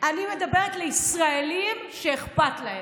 אני מדברת לישראלים שאכפת להם,